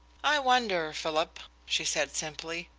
i wonder, philip, she said simply.